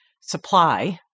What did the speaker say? supply